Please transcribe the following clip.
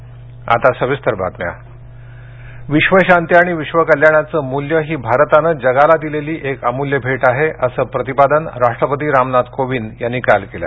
राष्ट्रपती संदेश विश्वशांती आणि विश्वकल्याणाचं मूल्य ही भारतानं जगाला दिलेली एक अमुल्य भेट आहे असं प्रतिपादन राष्ट्रपती रामनाथ कोविंद यांनी काल केलं